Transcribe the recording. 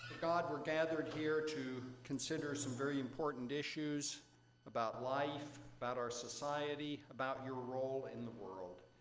god, we're gathered here to consider some very important issues about life, about our society, about your role in the world.